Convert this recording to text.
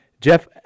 Jeff